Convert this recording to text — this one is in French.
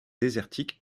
désertiques